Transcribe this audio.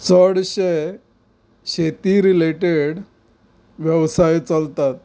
चडशे शेती रिलेटीड वेवसाय चलतात